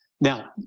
Now